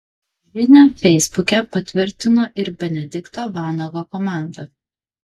žinią feisbuke patvirtino ir benedikto vanago komanda